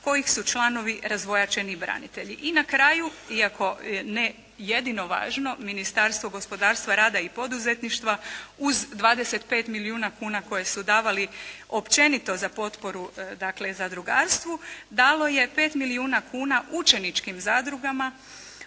kojih su članovi razvojačeni branitelji. I na kraju iako ne jedino važno Ministarstvo gospodarstva, rada i poduzetništva uz 25 milijuna koje su davali općenito za potporu zadrugarstvu dalo je 5 milijuna kuna učeničkim zadrugama